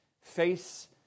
face